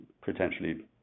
potentially